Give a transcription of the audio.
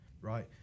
Right